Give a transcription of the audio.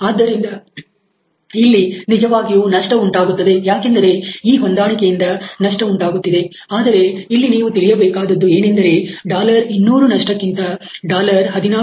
ಆದ್ದರಿಂದ ಇಲ್ಲಿ ನಿಜವಾಗಿಯೂ ನಷ್ಟ ಉಂಟಾಗುತ್ತದೆ ಯಾಕೆಂದರೆ ಈ ಹೊಂದಾಣಿಕೆಯಿಂದ ನಷ್ಟ ಉಂಟಾಗುತ್ತಿದೆ ಆದರೆ ಇಲ್ಲಿ ನೀವು ತಿಳಿಯಬೇಕಾದದ್ದು ಏನೆಂದರೆ 200 ನಷ್ಟಕ್ಕಿಂತ 16